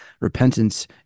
repentance